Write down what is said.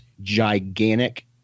gigantic